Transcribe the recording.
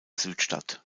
südstadt